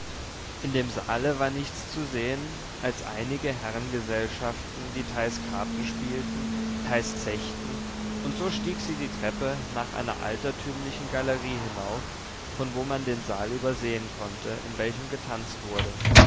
in dem saale war nichts zu sehen als einige herrengesellschaften die teils karten spielten teils zechten und so stieg sie die treppe nach einer altertümlichen galerie hinauf von wo man den saal übersehen konnte in welchem getanzt wurde